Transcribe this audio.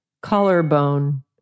collarbone